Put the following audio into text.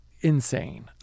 insane